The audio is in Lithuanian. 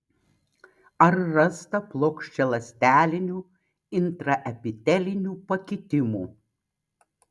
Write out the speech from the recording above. ar rasta plokščialąstelinių intraepitelinių pakitimų